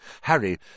Harry